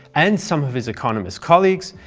and some of his economist colleagues,